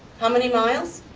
how many miles?